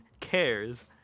cares